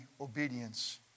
obedience